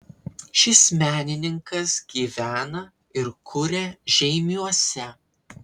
šis menininkas gyvena ir kuria žeimiuose